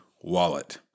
wallet